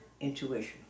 intuition